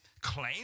claim